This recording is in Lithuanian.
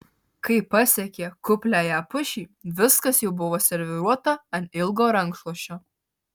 kai pasiekė kupliąją pušį viskas jau buvo serviruota ant ilgo rankšluosčio